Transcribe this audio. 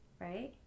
Right